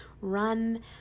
run